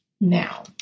Now